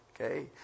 Okay